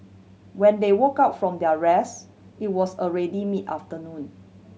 when they woke up from their rest it was already mid afternoon